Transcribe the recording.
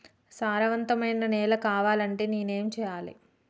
సారవంతమైన నేల కావాలంటే నేను ఏం చెయ్యాలే?